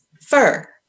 fur